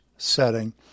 setting